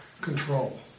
control